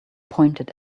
pointed